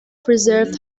preserved